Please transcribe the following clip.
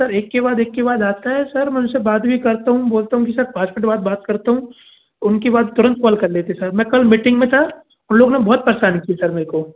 sir एक के बाद एक के बाद आता है सर मैं उन से बात भी करता हूँ बोलता हूँ कि सर पासवर्ड बाद बात करता हूँ उनकी बात तुरंत कॉल कर लेते हैं सर मैं कल मीटिंग में था उन लोगों ने बहुत परेशान किए सर मेरे को